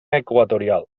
equatorial